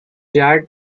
yard